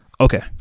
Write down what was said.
Okay